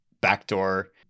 backdoor